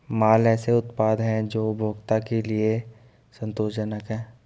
माल ऐसे उत्पाद हैं जो उपभोक्ता के लिए संतोषजनक हैं